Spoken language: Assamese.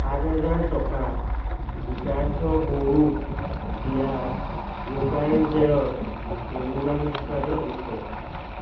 সাত হাজাৰ টকা গীতাৰ্থ বড়োক দিয়া ব্ৰ'কাৰেজৰ পৰিমাণ হিচাপে যোগ কৰক